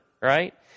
right